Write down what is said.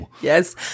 Yes